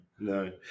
No